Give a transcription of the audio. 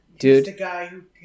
Dude